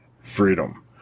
freedom